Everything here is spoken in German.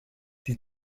die